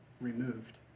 removed